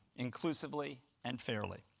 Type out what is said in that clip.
inclusively, and fairly.